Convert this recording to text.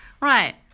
Right